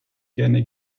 gerne